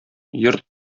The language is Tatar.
йорт